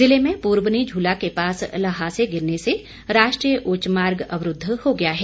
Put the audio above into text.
जिले में पुरबनी झूला के पास ल्हासे गिरने से राष्ट्रीय उच्च मार्ग अवरूद्व हो गया है